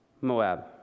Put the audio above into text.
Moab